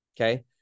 Okay